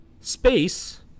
space